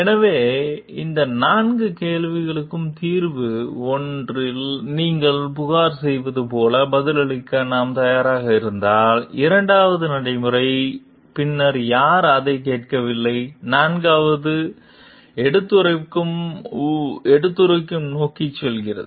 எனவே இந்த நான்கு கேள்விகளுக்கும் தீர்வு 1 நீங்கள் புகார் செய்வது போல பதிலளிக்க நாம் தயாராக இருந்தால் 2 வது நடைமுறை பின்னர் யாரும் அதைக் கேட்கவில்லை 4 வது விசில் ஊதுவதை நோக்கிச் செல்கிறது